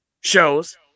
shows